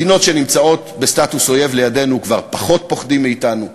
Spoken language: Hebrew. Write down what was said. מדינות שנמצאות בסטטוס אויב לידנו כבר פחות פוחדות מאתנו.